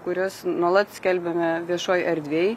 kurias nuolat skelbiame viešoj erdvėj